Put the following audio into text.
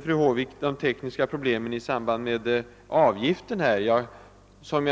Fru Håvik nämnde de tekniska problemen i samband med avgiften. Som